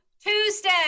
Tuesday